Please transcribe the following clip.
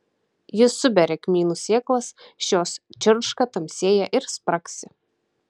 ji suberia kmynų sėklas šios čirška tamsėja ir spragsi